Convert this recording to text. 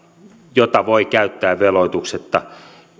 jota voi käyttää veloituksetta